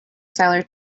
seller